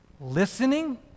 listening